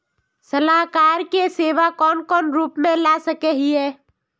सलाहकार के सेवा कौन कौन रूप में ला सके हिये?